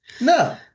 No